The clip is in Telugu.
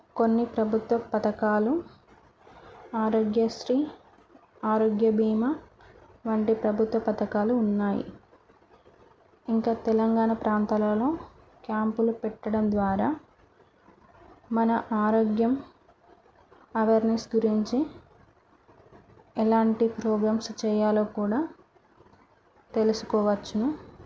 కొన్ని ప్రభుత్వ పథకాలు ఆరోగ్యశ్రీ ఆరోగ్య బీమా వంటి ప్రభుత్వ పథకాలు ఉన్నాయి ఇంకా తెలంగాణ ప్రాంతాలలో క్యాంపులు పెట్టడం ద్వారా మన ఆరోగ్యం అవేర్నెస్ గురించి ఎలాంటి ప్రోగ్రామ్స్ చేయాలో కూడా తెలుసుకోవచ్చు